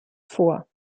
vor